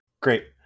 Great